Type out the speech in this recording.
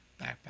backpack